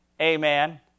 Amen